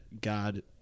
God